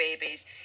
babies